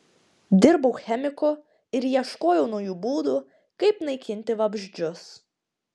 dirbau chemiku ir ieškojau naujų būdų kaip naikinti vabzdžius